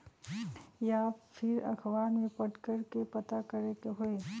या फिर अखबार में पढ़कर के पता करे के होई?